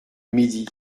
midi